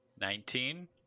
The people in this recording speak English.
Nineteen